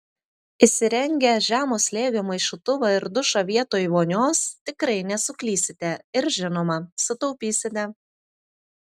įsirengę žemo slėgio maišytuvą ir dušą vietoj vonios tikrai nesuklysite ir žinoma sutaupysite